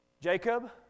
Jacob